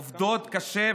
עובדות קשה,